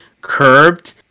curved